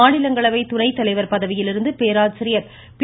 மாநிலங்களவை துணைத்தலைவர் பதவியிலிருந்து பேராசிரியர் பி